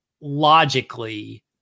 logically